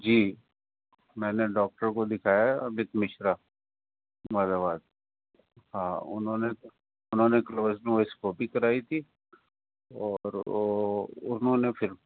جی میں نے ڈاکٹر کو دکھایا ہے امت مشرا مراد آباد ہاں انہوں نے انہوں نے کلوزن اسکوپی کرائی تھی اور انہوں نے پھر